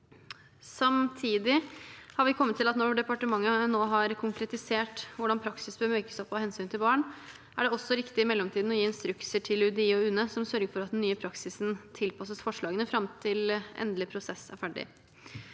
Samtidig har vi kommet til at når departementet nå har konkretisert hvordan praksis bør mykes opp av hensyn til barn, er det også riktig i mellomtiden å gi instrukser til UDI og UNE som sørger for at den nye praksisen tilpasses forslagene fram til endelig prosess er ferdig.